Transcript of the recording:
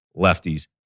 lefties